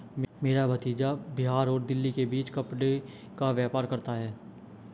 मेरा भतीजा बिहार और दिल्ली के बीच कपड़े का व्यापार करता है